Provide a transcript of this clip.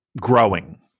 growing